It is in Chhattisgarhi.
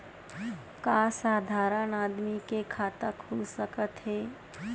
का साधारण आदमी के खाता खुल सकत हे?